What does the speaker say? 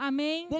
Amém